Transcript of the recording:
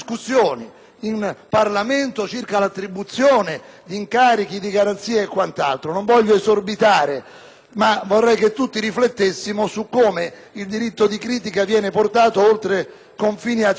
in Parlamento circa l'attribuzione di incarichi di garanzia e altro. Non voglio allargare troppo il discorso, ma vorrei che tutti riflettessimo su come il diritto di critica venga portato oltre confini accettabili.